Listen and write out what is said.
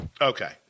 Okay